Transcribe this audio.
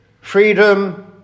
freedom